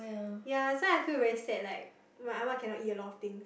ya so I feel very sad like my ah-ma cannot eat a lot of things